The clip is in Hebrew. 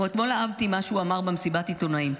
אתמול אהבתי את מה שהוא אמר במסיבת העיתונאים.